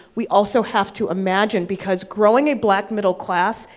we also have to imagine, because growing a black middle class,